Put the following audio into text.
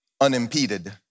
unimpeded